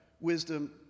wisdom